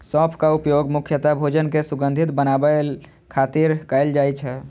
सौंफक उपयोग मुख्यतः भोजन कें सुगंधित बनाबै खातिर कैल जाइ छै